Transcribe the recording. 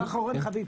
אחרון חביב.